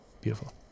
beautiful